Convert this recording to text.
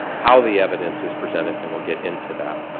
how the evidence is presented, and we'll get into that.